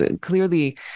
clearly